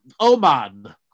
Oman